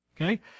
Okay